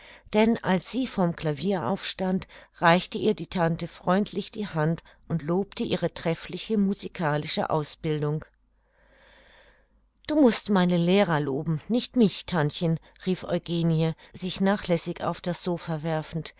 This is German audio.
denn als sie vom klavier aufstand reichte ihr die tante freundlich die hand und lobte ihre treffliche musikalische ausbildung du mußt meine lehrer loben nicht mich tantchen rief eugenie sich nachlässig auf das sopha werfend